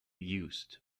used